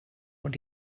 what